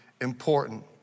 important